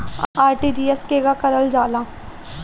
RTGS केगा करलऽ जाला?